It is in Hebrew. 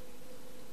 זה היה האיש.